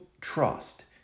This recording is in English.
trust